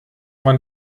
man